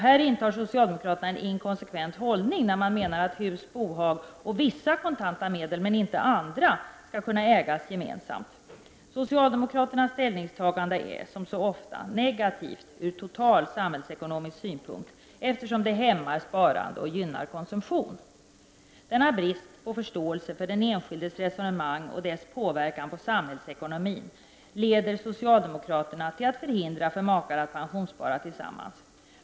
Här intar socialdemokraterna en inkonsekvent hållning, när de menar att hus, bohag och vissa kontanta medel men inte andra skall kunna ägas gemensamt. Socialdemokraternas ställningstagande är, som så ofta, negativt ur total samhällsekonomisk synpunkt, eftersom det hämmar sparandet och gynnar konsumtion. Denna brist på förståelse för den enskildes resonemang och dess påverkan på samhällsekonomin leder socialdemokraterna till att förhindra för makar att pensionsspara tillsammans.